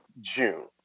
June